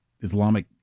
Islamic